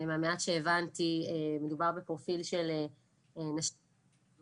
מהמעט שהבנתי מדובר בפרופיל של --- אלימות,